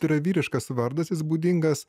yra vyriškas vardas jis būdingas